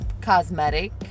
cosmetic